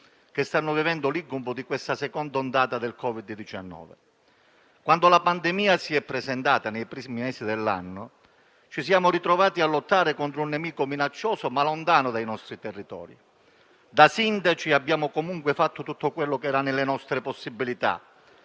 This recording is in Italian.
che stanno vivendo l'incubo di questa seconda ondata del Covid-19. Quando la pandemia si è presentata nei primi mesi dell'anno, ci siamo ritrovati a lottare contro un nemico minaccioso ma lontano dai nostri territori; da sindaci abbiamo comunque fatto tutto quello che era nelle nostre possibilità.